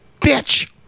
Bitch